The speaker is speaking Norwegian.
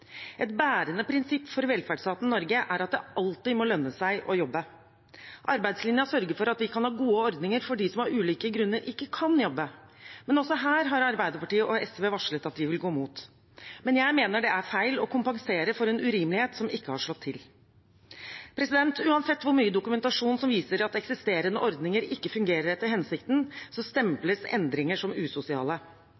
Et bærende prinsipp for velferdsstaten Norge er at det alltid må lønne seg å jobbe. Arbeidslinjen sørger for at vi kan ha gode ordninger for dem som av ulike grunner ikke kan jobbe, men også her har Arbeiderpartiet og SV varslet at de vil gå imot. Jeg mener det er feil å kompensere for en urimelighet som ikke har slått til. Uansett hvor mye dokumentasjonen som viser at eksisterende ordninger ikke fungerer etter hensikten,